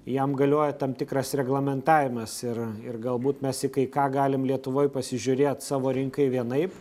jam galioja tam tikras reglamentavimas ir ir galbūt mes į ką galim lietuvoj pasižiūrėt savo rinkai vienaip